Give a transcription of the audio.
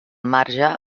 marge